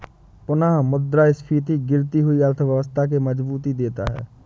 पुनःमुद्रस्फीति गिरती हुई अर्थव्यवस्था के मजबूती देता है